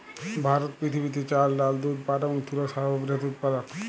ভারত পৃথিবীতে ডাল, চাল, দুধ, পাট এবং তুলোর সর্ববৃহৎ উৎপাদক